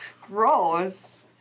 Gross